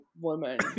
woman